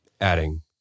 adding